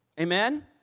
Amen